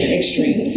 extreme